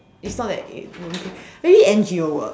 it's not that it won't pay maybe N_G_O work